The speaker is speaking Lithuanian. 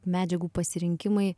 medžiagų pasirinkimai